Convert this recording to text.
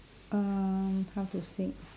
um how to say